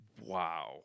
Wow